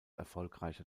erfolgreicher